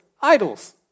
idols